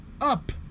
up